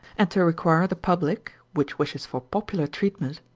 and to require the public, which wishes for popular treatment,